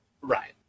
Right